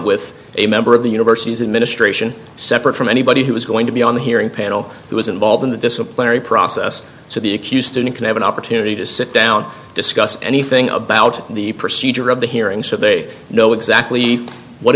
with a member of the university's administration separate from anybody who was going to be on the hearing panel who was involved in the disciplinary process so the accused and can have an opportunity to sit down discuss anything about the procedure of the hearing so they know exactly what